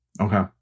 Okay